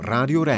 Radio